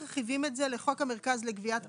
מרחיבים את זה לחוק המרכז לגביית קנסות.